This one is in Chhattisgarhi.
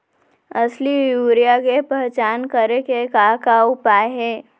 असली यूरिया के पहचान करे के का उपाय हे?